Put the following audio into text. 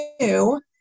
new